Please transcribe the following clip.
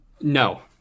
No